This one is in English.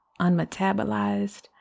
unmetabolized